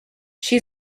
she